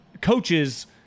coaches